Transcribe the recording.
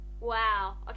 Wow